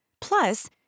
Plus